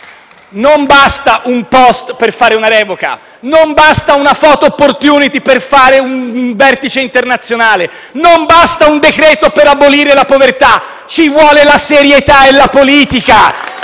Non basta un *post* per fare una revoca; non basta una *photo* *opportunity* per fare un vertice internazionale; non basta un decreto per abolire la povertà: ci vuole la serietà, la politica!